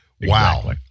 Wow